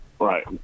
Right